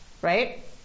right